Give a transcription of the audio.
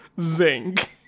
zinc